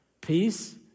peace